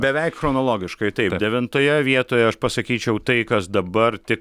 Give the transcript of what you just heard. beveik chronologiškai taip devintoje vietoje aš pasakyčiau tai kas dabar tik